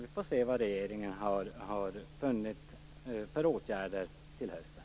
Vi får se vad regeringen har funnit för åtgärder till hösten.